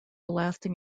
lasting